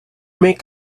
make